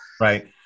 Right